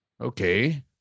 okay